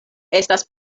estas